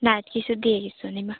ꯅꯥꯏꯠꯀꯤꯁꯨ ꯗꯦꯒꯤꯁꯨ ꯑꯅꯤꯃꯛ